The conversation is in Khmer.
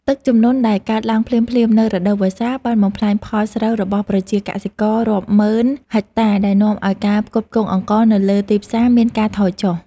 ទឹកជំនន់ដែលកើតឡើងភ្លាមៗនៅរដូវវស្សាបានបំផ្លាញផលស្រូវរបស់ប្រជាកសិកររាប់ម៉ឺនហិកតាដែលនាំឱ្យការផ្គត់ផ្គង់អង្ករនៅលើទីផ្សារមានការថយចុះ។